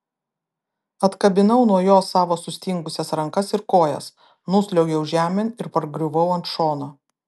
atkabinau nuo jo savo sustingusias rankas ir kojas nusliuogiau žemėn ir pargriuvau ant šono